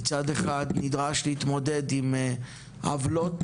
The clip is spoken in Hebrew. מצד אחד נדרש להתמודד עם עוולות,